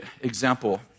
example